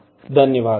ధన్యవాదములు